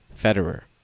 Federer